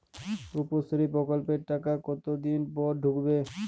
রুপশ্রী প্রকল্পের টাকা কতদিন পর ঢুকবে?